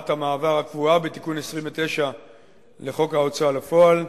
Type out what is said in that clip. המעבר הקבועה בתיקון 29 לחוק ההוצאה לפועל,